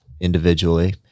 individually